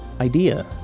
idea